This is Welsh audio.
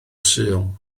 sul